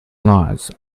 loss